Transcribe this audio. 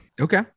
okay